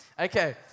Okay